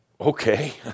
okay